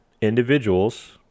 individuals